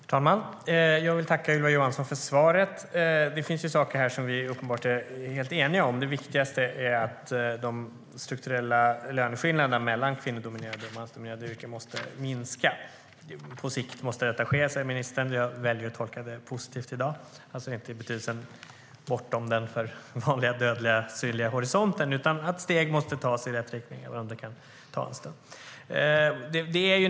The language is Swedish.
Herr talman! Jag tackar Ylva Johansson för svaret. Det finns saker här som vi uppenbarligen är helt eniga om. Det viktigaste är att de strukturella löneskillnaderna mellan kvinnodominerade och mansdominerade yrken måste minska. På sikt måste detta ske, säger ministern. Jag väljer att tolka det positivt i dag, alltså inte i betydelsen bortom den för vanliga dödliga synliga horisonten utan så att steg måste tas i rätt riktning, även om det kan ta en stund.